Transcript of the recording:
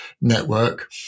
Network –